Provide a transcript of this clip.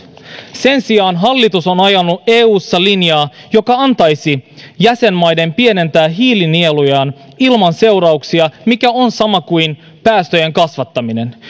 sen sijaan hallitus on ajanut eussa linjaa joka antaisi jäsenmaiden pienentää hiilinielujaan ilman seurauksia mikä on sama kuin päästöjen kasvattaminen